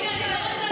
אני לא רוצה להפריע.